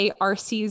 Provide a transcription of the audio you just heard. ARC's